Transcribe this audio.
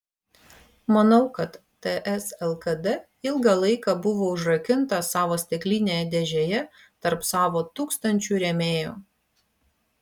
manau kad ts lkd ilgą laiką buvo užrakinta savo stiklinėje dėžėje tarp savo tūkstančių rėmėjų